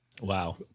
Wow